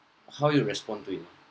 how you respond to it